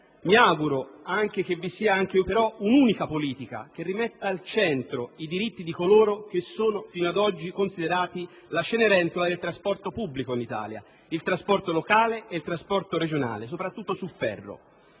Mi auguro però che vi sia anche un'unica politica che rimetta al centro i diritti di coloro che fino ad oggi sono considerati la cenerentola del trasporto pubblico in Italia: il trasporto locale e quello regionale, soprattutto su ferro.